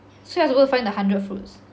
so you're supposed to find the hundred fruits